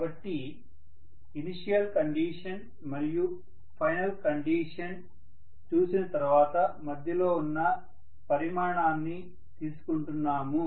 కాబట్టి initial condition మరియు final condition చూసిన తర్వాత మధ్యలో ఉన్న పరిమాణాన్ని తీసుకుంటున్నాము